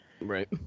Right